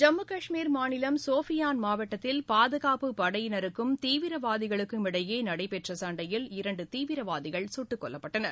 ஜம்மு கஷ்மீர் மாநிலம் சோபியான் மாவட்டத்தில் பாதுகாப்புப் படையினருக்கும் தீவிரவாதிகளுக்கும் இடையே நடைபெற்ற சண்டையில் இரண்டு தீவிரவாதிகள் சுட்டுக் கொல்லப்பட்டனர்